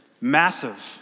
massive